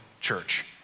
Church